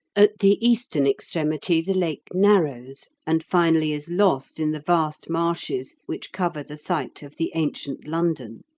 at the eastern extremity the lake narrows, and finally is lost in the vast marshes which cover the site of the ancient london.